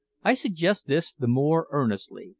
i suggest this the more earnestly,